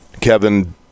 Kevin